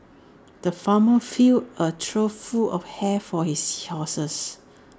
the farmer filled A trough full of hay for his horses